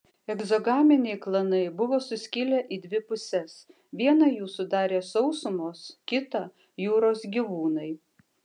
egzogaminiai klanai buvo suskilę į dvi puses vieną jų sudarė sausumos kitą jūros gyvūnai